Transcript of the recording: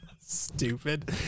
stupid